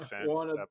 one